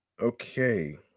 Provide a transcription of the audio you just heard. Okay